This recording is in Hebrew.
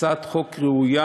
הצעת חוק ראויה,